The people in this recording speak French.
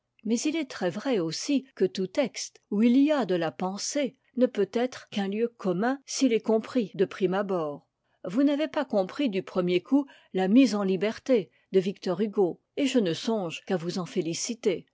mais il est très vrai aussi que tout texte où il y a de la pensée ne peut être qu'un lieu commun s'il est compris de prime abord vous n'avez pas compris du premier coup la mise en liberté de victor hugo et je ne songe qu'à vous en féliciter